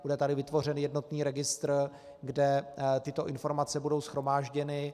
Bude tady vytvořen jednotný registr, kde tyto informace budou shromážděny.